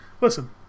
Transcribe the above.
listen